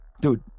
dude